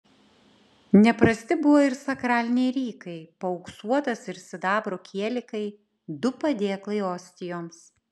neprasti buvo ir sakraliniai rykai paauksuotas ir sidabro kielikai du padėklai ostijoms